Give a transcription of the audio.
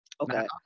Okay